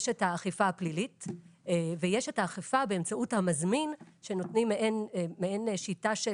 יש את האכיפה הפלילית ויש את האכיפה באמצעות המזמין שנותנים לו תמריץ